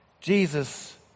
Jesus